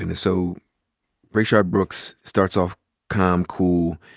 and so rayshard brooks starts off calm, cool.